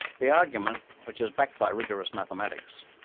the argument, which is backed by rigorous mathematics,